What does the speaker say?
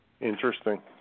Interesting